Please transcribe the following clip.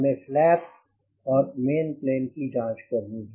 हमें फ्लैप्स और main plane की जांच करनी है